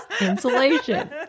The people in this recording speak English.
Insulation